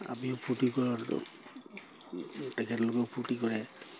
আমিও ফূৰ্তি কৰোঁ অলপ তেখেতলোকেও ফূৰ্তি কৰে